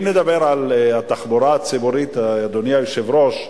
אם נדבר על התחבורה הציבורית, אדוני היושב-ראש,